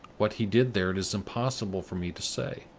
what he did there, it is impossible for me to say.